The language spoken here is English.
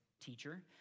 teacher